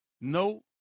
no